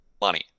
money